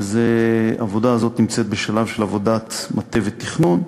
העבודה הזאת נמצאת בשלב של עבודת מטה ותכנון.